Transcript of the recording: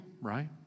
right